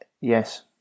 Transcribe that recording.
Yes